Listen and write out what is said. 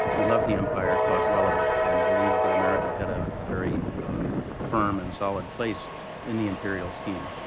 he loved the empire, thought well of it and believed that america had a very firm and solid place in the imperial scheme.